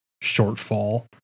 shortfall